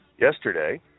yesterday